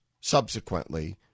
subsequently